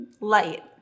light